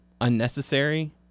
unnecessary